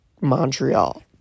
Montreal